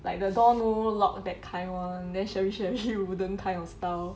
like the door no lock that kind [one] then cherry cherry wooden kind of style